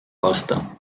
aasta